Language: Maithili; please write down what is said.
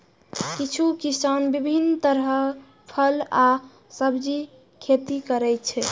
किछु किसान विभिन्न तरहक फल आ सब्जीक खेती करै छै